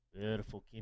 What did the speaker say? Beautiful